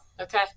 Okay